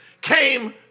came